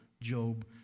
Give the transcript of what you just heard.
Job